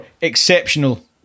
exceptional